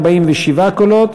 47 קולות.